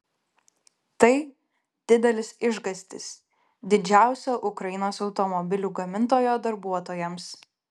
tai didelis išgąstis didžiausio ukrainos automobilių gamintojo darbuotojams